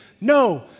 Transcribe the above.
No